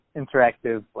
interactive